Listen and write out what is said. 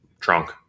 trunk